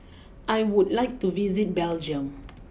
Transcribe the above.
I would like to visit Belgium